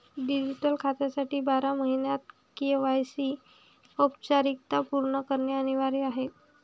digital खात्यासाठी बारा महिन्यांत के.वाय.सी औपचारिकता पूर्ण करणे अनिवार्य आहे